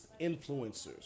influencers